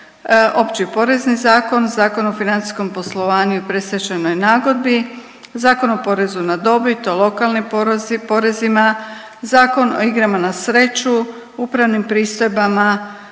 Opći porezni zakon, Zakon o financijskom poslovanju i predstečajnoj nagodbi, Zakon o porezu na dobit, o lokalnim porezima, Zakon o igrama na sreću, upravnim pristojbama,